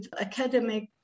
academic